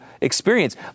experience